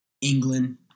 England